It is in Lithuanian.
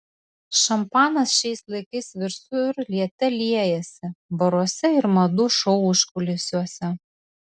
šampanas šiais laikais visur liete liejasi baruose ir madų šou užkulisiuose